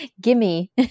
gimme